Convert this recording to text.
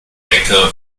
ecke